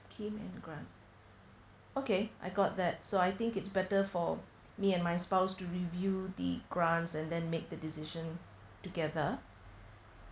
scheme and grants okay I got that so I think it's better for me and my spouse to review the grants and then make the decision together